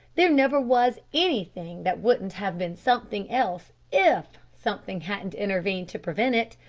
there never was anything that wouldn't have been something else if something hadn't intervened to prevent it!